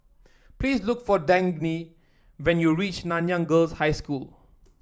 please look for Dagny when you reach Nanyang Girls' High School